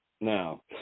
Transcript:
Now